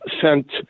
sent